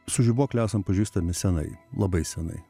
su žibuokle esam pažįstami senai labai senai